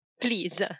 please